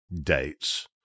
dates